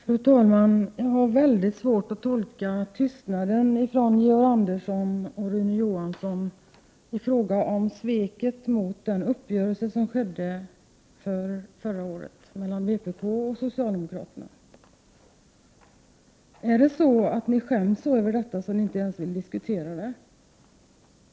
Fru talman! Jag har väldigt svårt att tolka tystnaden från Georg Andersson och Rune Johansson när det gäller sveket mot uppgörelsen förra året mellan vpk och socialdemokraterna. Är det så att ni skäms så mycket över detta svek, att ni inte ens vill diskutera saken?